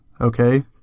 Okay